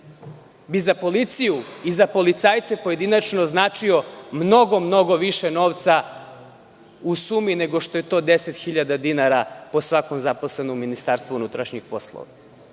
bi za policiju i za policajce pojedinačno značio mnogo, mnogo više novca u sumi nego što je to 10.000 dinara po svakom zaposlenom u MUP.Tako da